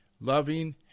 loving